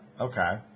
Okay